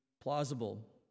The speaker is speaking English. plausible